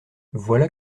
voilà